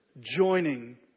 joining